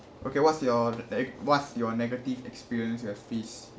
okay what's your neg~ what's your negative experience you have faced